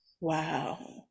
Wow